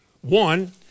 One